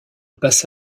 passe